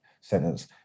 sentence